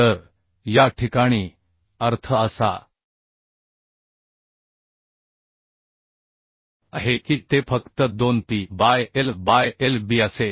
तर या ठिकाणी अर्थ असा आहे की ते फक्त 2p by l by lb असेल